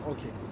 Okay